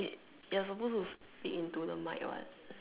wait you're supposed to speak into the mic what